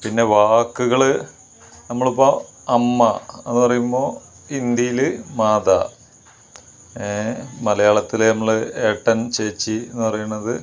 പിന്നെ വാക്കുകള് നമ്മൾ ഇപ്പോൾ അമ്മ എന്ന് പറയുമ്പോൾ ഹിന്ദിയിൽ മാതാ ഏഹ് മലയാളത്തില് നമ്മൾ ഏട്ടൻ ചേച്ചി എന്ന് പറയുന്നത്